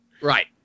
Right